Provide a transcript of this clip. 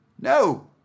no